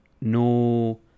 no